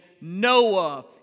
Noah